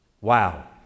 Wow